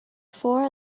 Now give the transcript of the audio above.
four